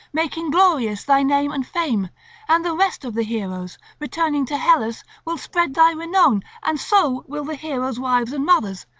making glorious thy name and fame and the rest of the heroes, returning to hellas, will spread thy renown and so will the heroes' wives and mothers,